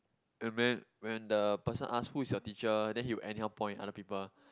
when uh when the person ask who is your teacher then he will anyhow point other people